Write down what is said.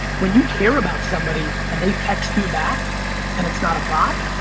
when you care about somebody and they text you back and it's not a bot,